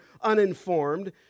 uninformed